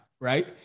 Right